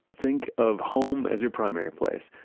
think of home as your primary place,